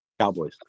Cowboys